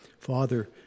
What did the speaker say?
Father